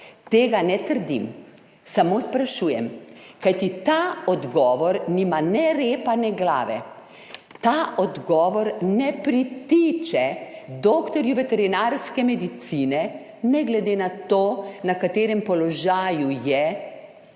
Tega ne trdim, samo sprašujem. Kajti ta odgovor nima ne repa ne glave. Ta odgovor ne pritiče doktorju veterinarske medicine, ne glede na to, na katerem položaju je,